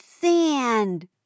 sand